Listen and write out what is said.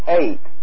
eight